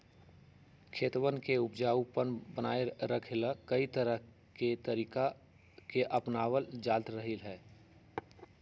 खेतवन के उपजाऊपन बनाए रखे ला, कई तरह के तरीका के अपनावल जा रहले है